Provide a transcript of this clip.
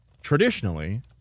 traditionally –